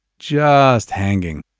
just hanging.